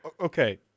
Okay